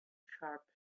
sharp